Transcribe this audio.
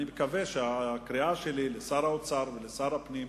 אני מקווה שהקריאה שלי לשר האוצר ולשר הפנים,